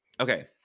okay